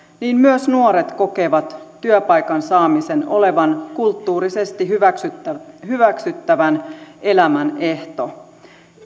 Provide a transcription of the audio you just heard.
niin myös nuoret kokevat työpaikan saamisen olevan kulttuurisesti hyväksyttävän hyväksyttävän elämän ehto